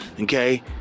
okay